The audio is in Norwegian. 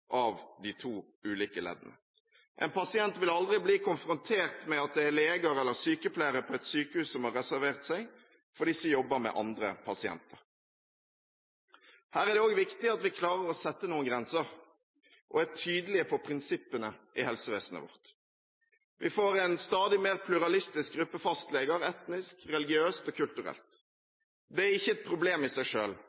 av de to ulike leddene. En pasient vil aldri bli konfrontert med at det er leger eller sykepleiere på et sykehus som har reservert seg, for disse jobber med andre pasienter. Her er det også viktig at vi klarer å sette noen grenser og er tydelige på prinsippene i helsevesenet vårt. Vi får en stadig mer pluralistisk gruppe fastleger, etnisk, religiøst og kulturelt.